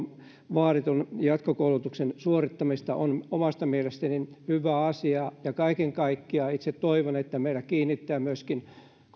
vaaditun jatkokoulutuksen suorittamista on omasta mielestäni hyvä asia ja kaiken kaikkiaan itse toivon että myöskin kun